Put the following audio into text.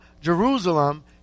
Jerusalem